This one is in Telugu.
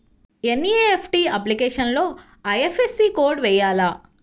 ఎన్.ఈ.ఎఫ్.టీ అప్లికేషన్లో ఐ.ఎఫ్.ఎస్.సి కోడ్ వేయాలా?